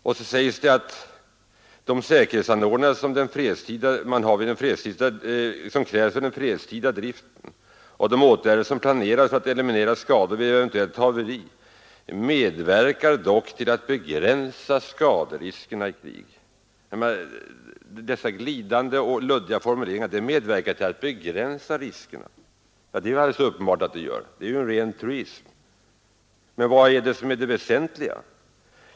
Och så sägs det: ”De säkerhetsanordningar som krävs för den fredstida driften och de åtgärder som planeras för att eliminera skador vid ett eventuellt haveri i fredstid medverkar dock till att begränsa skaderiskerna i krig.” Det är väl alldeles uppenbart att det gör! Det är glidande och luddiga formuleringar: ”medverkar dock till att begränsa skaderiskerna” — detta är ju en ren truism! Men vad är det som är det väsentliga!